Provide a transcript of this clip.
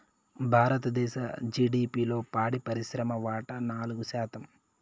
భారతదేశ జిడిపిలో పాడి పరిశ్రమ వాటా నాలుగు శాతం